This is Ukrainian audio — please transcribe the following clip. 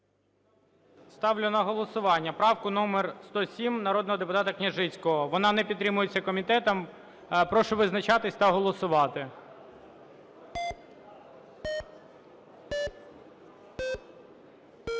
Ставлю на голосування правку номер 107 народного депутата Княжицького. Вона не підтримується комітетом. Прошу визначатись та голосувати.